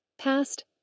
Past